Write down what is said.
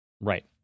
Right